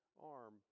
arm